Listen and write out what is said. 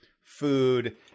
food